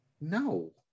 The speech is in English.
No